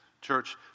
church